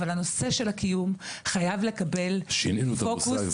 אבל הנושא של הקיום חייב לקבל פוקוס --- שינינו את הנושא הזה,